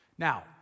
Now